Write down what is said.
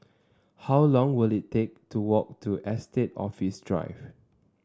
how long will it take to walk to Estate Office Drive